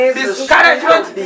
discouragement